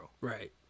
Right